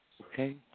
Okay